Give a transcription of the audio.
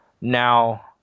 now